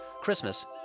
Christmas